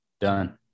done